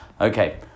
Okay